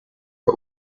the